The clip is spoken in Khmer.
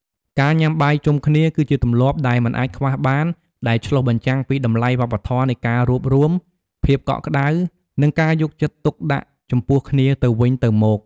ការញ៉ាំបាយជុំគ្នាគឺជាទម្លាប់ដែលមិនអាចខ្វះបាន ដែលឆ្លុះបញ្ចាំងពីតម្លៃវប្បធម៌នៃការរួបរួម ភាពកក់ក្ដៅ និងការយកចិត្តទុកដាក់ចំពោះគ្នាទៅវិញទៅមក។